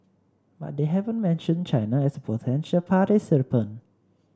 but they haven't mentioned China as potential participant